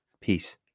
Peace